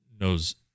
knows